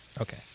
Okay